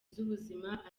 z’ubuzima